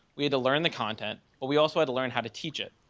we had to learn the content, but we also had to learn how to teach it.